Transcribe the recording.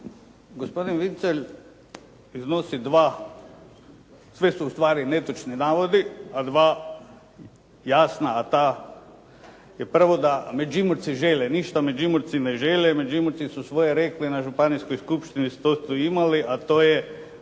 Gospodin Vincelj iznosi dva. Sve su u stvari netočni navodi, a dva jasna. A ta je, prvo da Međimurci žele, ništa Međimurci ne žele, Međimurci su svoje rekli na županijskoj skupštini što su imali, a to je